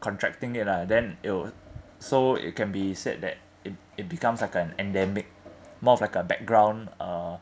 contracting it lah then it'll so it can be said that it it becomes like an endemic more of like a background uh